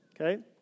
Okay